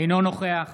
אינו נוכח